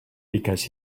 because